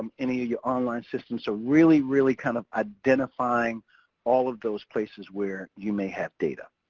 any of your online systems, so really, really kind of identifying all of those places where you may have data.